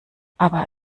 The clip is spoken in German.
aber